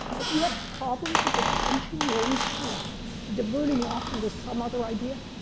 if you have problems with the tension, you're always kind of diverting off into some other idea,